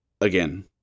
again